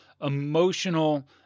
emotional